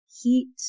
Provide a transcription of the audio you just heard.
heat